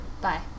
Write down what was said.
Bye